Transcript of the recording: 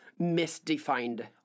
misdefined